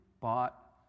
bought